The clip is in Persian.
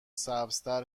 سبزتر